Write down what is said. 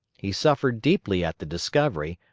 he suffered deeply at the discovery,